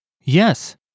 Yes